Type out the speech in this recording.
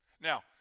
Now